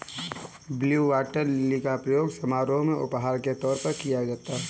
blue water lily का प्रयोग समारोह में उपहार के तौर पर किया जाता है